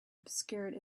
obscured